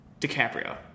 DiCaprio